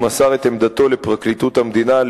מסר לפרקליטות המדינה את עמדתו,